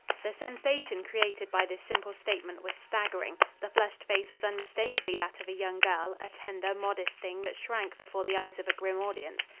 the sensation created by this simple statement was staggering. the flushed face was unmistakably that of a young girl, a tender, modest thing that shrank before the eyes of a grim audience.